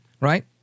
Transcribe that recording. right